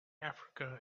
africa